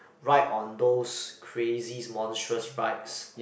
ride on those crazy monstrous rides